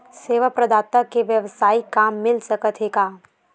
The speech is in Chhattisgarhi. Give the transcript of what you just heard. सेवा प्रदाता के वेवसायिक काम मिल सकत हे का?